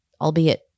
albeit